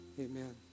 Amen